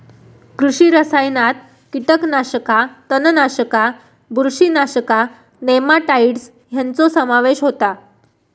कृषी रसायनात कीटकनाशका, तणनाशका, बुरशीनाशका, नेमाटाइड्स ह्यांचो समावेश होता